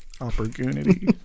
Opportunity